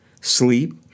sleep